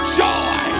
joy